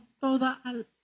toda